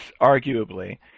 arguably